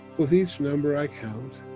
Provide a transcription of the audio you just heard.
with each number i count,